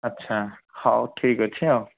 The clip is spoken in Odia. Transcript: ଆଚ୍ଛା ହଉ ଠିକ ଅଛି ଆଉ